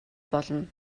болно